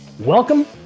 Welcome